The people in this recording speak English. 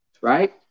Right